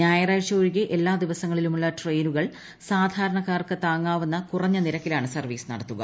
ഞായറാഴ്ച ഒഴികെ എല്ലാ ദിവസങ്ങളിലുമുള്ള ട്രെയിനുകൾ സാധാരണക്കാർക്ക് താങ്ങാവുന്ന കുറഞ്ഞ നിരക്കിലാണ് സർവ്വീസ് നടത്തുക